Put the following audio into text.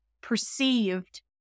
perceived